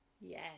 Yes